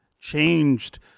changed